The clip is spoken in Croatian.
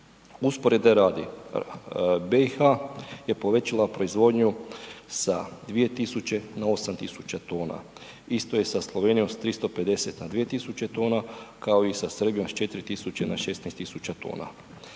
Usporedbe radi, BiH je povećala proizvodnju sa 2000. na 8000 tona. Isto je sa Slovenijom sa 350 na 2000 tona kao i sa Srbijom sa 4000 na 16000 tona.